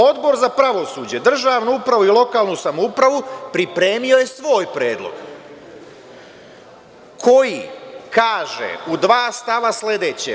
Odbor za pravosuđe, državnu upravu i lokalnu samoupravu pripremio je svoj predlog koji kaže u dva stava sledeće.